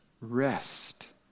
rest